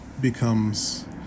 becomes